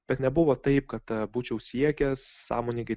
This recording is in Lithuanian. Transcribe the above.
bet nebuvo taip kad būčiau siekęs sąmoningai